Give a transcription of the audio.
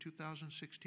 2016